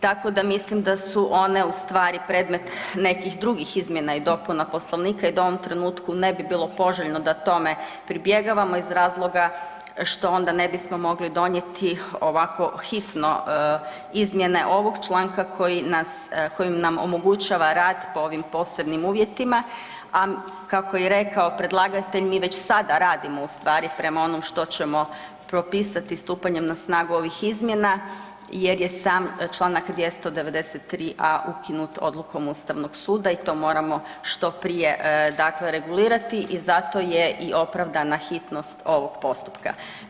Tako da mislim da su one ustvari predmet nekih drugih izmjena i dopuna Poslovnika i da u ovom trenutku ne bi bilo poželjno da tome pribjegavamo iz razloga što onda ne bismo mogli donijeti ovako hitno izmjene ovog članka kojim nam omogućava rad po ovim posebnim uvjetima, a kako je i rekao predlagatelj mi već sada radimo ustvari prema onom što ćemo propisati stupanjem na snagu ovih izmjena jer je sam Članak 293a. ukinut odlukom Ustavnog suda i to moramo što prije dakle regulirati i zato je i opravdana hitnost ovog postupka.